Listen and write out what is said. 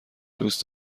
دوست